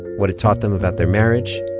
what it taught them about their marriage,